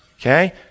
Okay